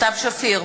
סתיו שפיר,